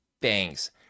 Thanks